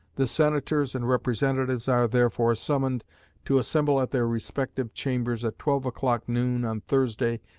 the senators and representatives are, therefore, summoned to assemble at their respective chambers, at twelve o'clock, noon, on thursday,